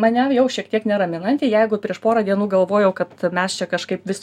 mane jau šiek tiek neraminanti jeigu prieš porą dienų galvojau kad mes čia kažkaip vis